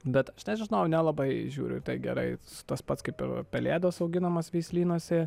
bet aš žinau nelabai žiūriu į tai gerai tas pats kaip ir pelėdos auginamas veislynuose